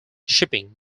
shipping